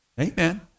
Amen